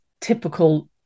typical